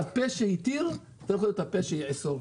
הפה שהתיר צריך להיות הפה שיאסור.